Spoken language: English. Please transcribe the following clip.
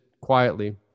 quietly